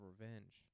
revenge